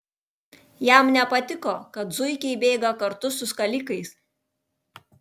jam nepatiko kad zuikiai bėga kartu su skalikais